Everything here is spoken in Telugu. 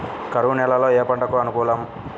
కరువు నేలలో ఏ పంటకు అనుకూలం?